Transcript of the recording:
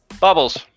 Bubbles